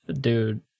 dude